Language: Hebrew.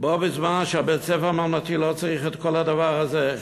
בו בזמן שבית-הספר הממלכתי לא צריך את כל הדבר הזה.